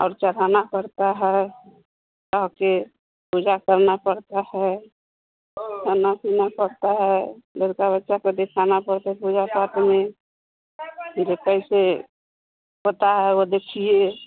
और चढ़ाना पड़ता है पूजा करना परता है खाना पीना पड़ता है बच्चा को पड़ता हे पूजा पाठ में कैसे होता है वो देखिए